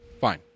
Fine